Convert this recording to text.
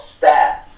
stats